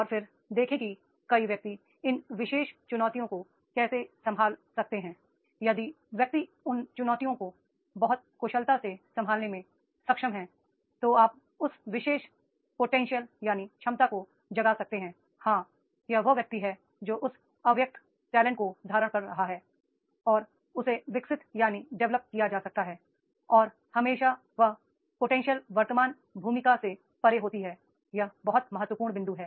और फिर देखें कि कई व्यक्ति उन विशेष चुनौतियों को कैसे संभाल सकते हैं यदि व्यक्ति उन चुनौतियों को बहुत कुशलता से संभालने में सक्षम है तो आप उस विशेष पोटेंशियल यानी क्षमता को जगा सकते हैं हां या वह व्यक्ति है जो उस अव्यक्त टैलेंट को धारण कर रहा है और उसे विकसित यानी डिवेलप किया जा सकता है और हमेशा यह पोटेंशियल वर्तमान भूमिका से परे होती है यह बहुत महत्वपूर्ण बिंदु है